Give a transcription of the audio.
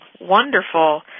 wonderful